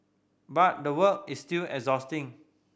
but the work is still exhausting